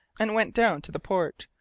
and went down to the port,